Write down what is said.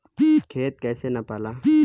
खेत कैसे नपाला?